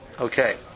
Okay